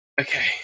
Okay